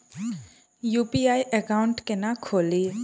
UPI account केना खोलि?